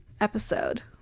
episode